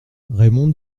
raymond